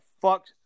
fuck